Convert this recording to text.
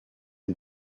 die